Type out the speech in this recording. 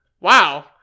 Wow